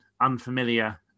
unfamiliar